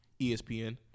ESPN